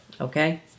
Okay